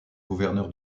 gouverneur